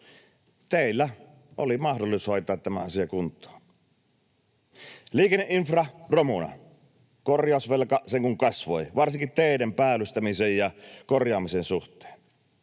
Teillä oli mahdollisuus hoitaa tämä asia kuntoon. Liikenneinfra — romuna. Korjausvelka sen kuin kasvoi varsinkin teiden päällystämisen ja korjaamisen suhteen.